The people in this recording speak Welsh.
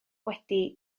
wedi